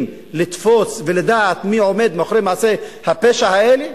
לתפוס ולדעת מי עומד מאחורי מעשי הפשע האלה?